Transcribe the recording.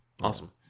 Awesome